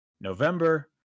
November